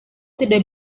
tidak